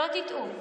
שלא תטעו,